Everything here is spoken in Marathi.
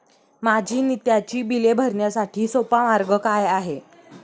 माझी नित्याची बिले भरण्यासाठी सोपा मार्ग काय आहे?